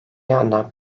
yandan